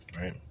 right